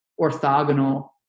orthogonal